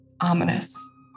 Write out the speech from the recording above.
ominous